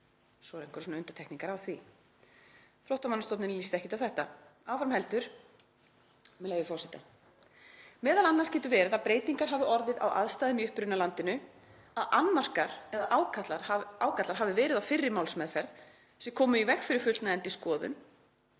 Svo eru einhverjar undantekningar á því. Flóttamannastofnun líst ekkert á þetta og áfram segir, með leyfi forseta: „Meðal annars getur verið að breytingar hafi orðið á aðstæðum í upprunalandinu, að annmarkar eða ágallar hafi verið á fyrri málsmeðferð sem komu í veg fyrir fullnægjandi skoðun,“